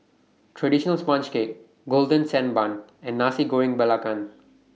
Traditional Sponge Cake Golden Sand Bun and Nasi Goreng Belacan